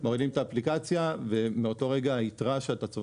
מורידים את האפליקציה ומאותו רגע היתרה שאתה צובר